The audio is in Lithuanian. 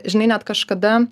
žinai net kažkada